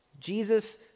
Jesus